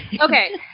okay